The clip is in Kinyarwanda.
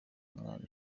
umwana